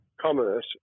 commerce